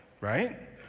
right